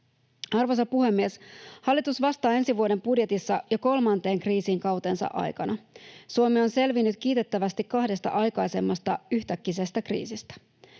Arvoisa puhemies! Hallitus vastaa ensi vuoden budjetissa jo kolmanteen kriisiin kautensa aikana. Suomi on selvinnyt kiitettävästi kahdesta aikaisemmasta yhtäkkisestä kriisistä.